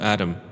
Adam